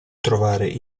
trovare